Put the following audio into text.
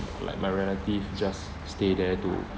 like my relative just stay there to